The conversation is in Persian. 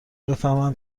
بفهمم